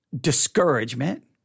discouragement